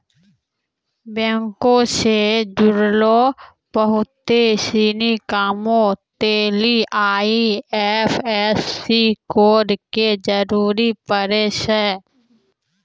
बैंको से जुड़लो बहुते सिनी कामो लेली आई.एफ.एस.सी कोड के जरूरी पड़ै छै